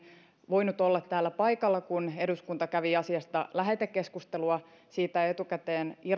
voinut olla täällä paikalla kun eduskunta kävi asiasta lähetekeskustelua siitä etukäteen